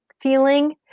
feeling